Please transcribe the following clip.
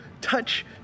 touch